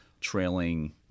trailing